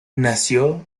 nació